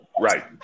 Right